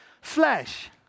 Flesh